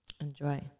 Enjoy